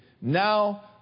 Now